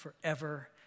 forever